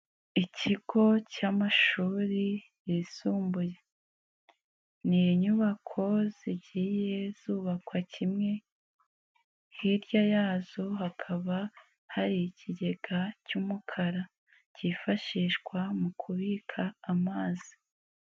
Ikigo cy'amashuri yisumbuye, n'inyubako zigiye zubakwa kimwe, hirya yazo hakaba hari ikigega cy'umukara, cyifashishwa mu kubika amazi.